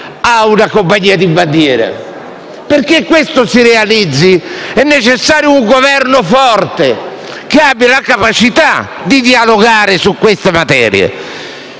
a una compagnia di bandiera. Perché questo si realizzi è necessario un Governo forte, che abbia la capacità di dialogare su queste materie.